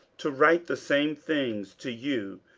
to write the same things to you,